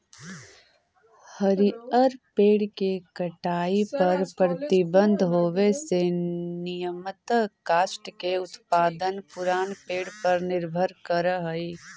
हरिअर पेड़ के कटाई पर प्रतिबन्ध होवे से नियमतः काष्ठ के उत्पादन पुरान पेड़ पर निर्भर करऽ हई